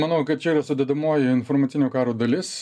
manau kad čia yra sudedamoji informacinio karo dalis